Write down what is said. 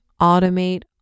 automate